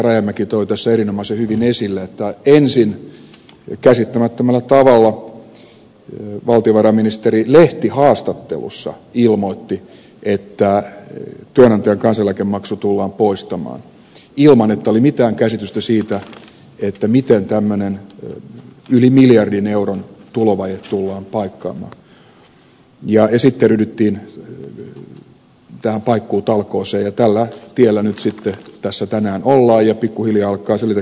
rajamäki toi tässä erinomaisen hyvin esille että ensin käsittämättömällä tavalla valtiovarainministeri lehtihaastattelussa ilmoitti että työnantajan kansaneläkemaksu tullaan poistamaan ilman että oli mitään käsitystä siitä miten tämmöinen yli miljardin euron tulovaje tullaan paikkaamaan ja sitten ryhdyttiin tähän paikkuutalkooseen ja tällä tiellä nyt sitten tässä tänään ollaan ja pikkuhiljaa alkaa selvitä ketkä tässä joutuvat maksumiehiksi